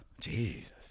Jesus